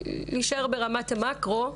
נא להשתדל להישאר ברמת המאקרו,